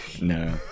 no